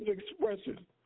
expression